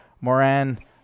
Moran